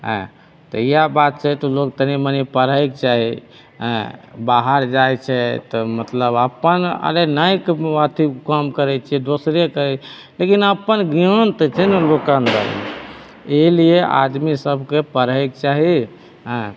एँ तऽ इहए बात छै तऽ लोग तनी मनी पढ़ैकऽ चाही एँ बाहर जाइत छै तऽ मतलब अपन अरे नहि अथी काम करैत छियै दोसरेके लेकिन अपन ज्ञान तऽ छै ने लोककेँ अन्दर इहए लिए आदमी सबके पढ़ैकऽ चाही एँ